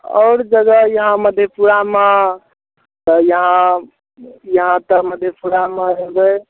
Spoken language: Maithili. आओर जगह यहाँ मधेपुरामे तऽ यहाँ यहाँ तऽ मधेपुरामे एबय